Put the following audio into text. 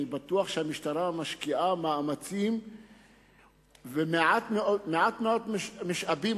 אני בטוח שהמשטרה משקיעה מאמצים ומעט מאוד משאבים,